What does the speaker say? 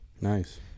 Nice